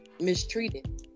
mistreated